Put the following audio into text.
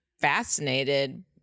fascinated